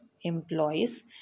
employees